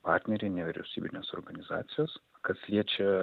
partneriai nevyriausybinės organizacijos kas liečia